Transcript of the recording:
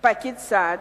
פקיד סעד,